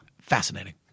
Fascinating